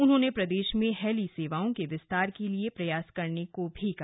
उन्होंने प्रदेश में हेली सेवाओं के विस्तार के लिए प्रयास करने को भी कहा